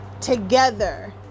together